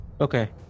Okay